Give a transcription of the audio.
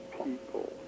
people